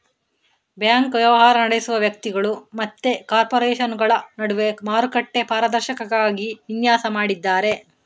bank ವ್ಯವಹಾರ ನಡೆಸುವ ವ್ಯಕ್ತಿಗಳು ಮತ್ತೆ ಕಾರ್ಪೊರೇಷನುಗಳ ನಡುವೆ ಮಾರುಕಟ್ಟೆ ಪಾರದರ್ಶಕತೆಗಾಗಿ ವಿನ್ಯಾಸ ಮಾಡಿದ್ದಾರೆ